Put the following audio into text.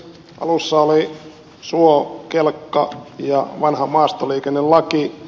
alussa oli suo kelkka ja vanha maastoliikennelaki